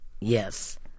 Yes